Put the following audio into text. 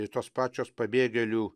ir tos pačios pabėgėlių